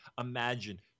Imagine